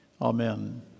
Amen